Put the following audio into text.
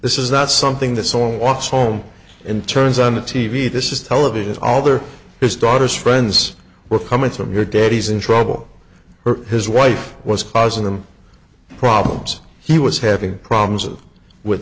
this is not something that someone walks home and turns on a t v this is television all other his daughter's friends were coming from your dad he's in trouble his wife was causing them problems he was having problems with